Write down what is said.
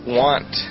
want